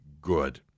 good